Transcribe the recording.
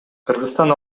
кыргызстан